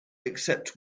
accept